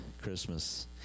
christmas